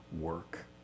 work